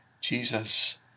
Jesus